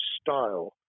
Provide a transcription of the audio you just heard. style